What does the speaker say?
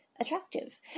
attractive